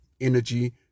energy